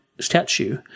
statue